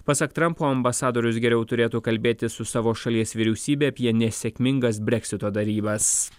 pasak trampo ambasadorius geriau turėtų kalbėti su savo šalies vyriausybe apie nesėkmingas breksito darybas